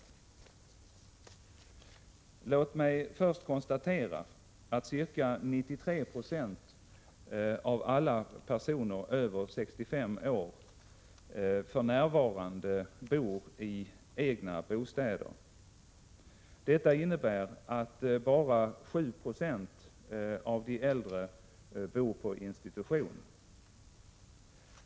Låt mig först konstatera att ca 93 96 av alla personer över 65 år för närvarande bor i egna bostäder. Detta innebär att bara ca 7 96 av de äldre bor På institution.